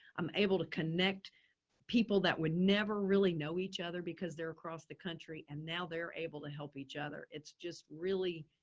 i'm able to connect people that would never really know each other because they're across the country and now they're able to help each other. it's just really,